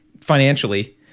financially